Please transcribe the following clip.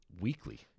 Weekly